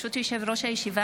ברשות יושב-ראש הישיבה,